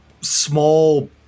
small